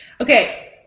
okay